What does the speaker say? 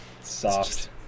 Soft